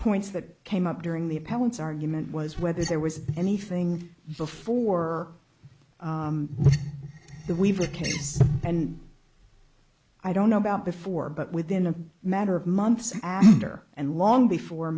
points that came up during the appellant's argument was whether there was anything before the weaver case and i don't know about before but within a matter of months after and long before